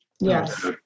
Yes